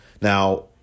Now